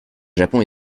japon